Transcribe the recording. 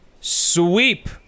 sweep